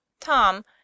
tom